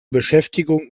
beschäftigung